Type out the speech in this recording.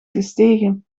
gestegen